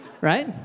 right